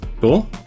Cool